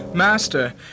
Master